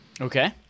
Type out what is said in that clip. Okay